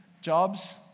jobs